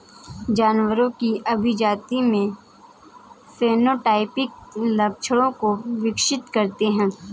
जानवरों की अभिजाती में फेनोटाइपिक लक्षणों को विकसित करते हैं